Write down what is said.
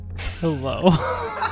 Hello